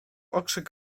okrzyk